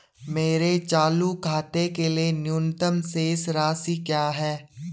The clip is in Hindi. मेरे चालू खाते के लिए न्यूनतम शेष राशि क्या है?